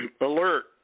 alert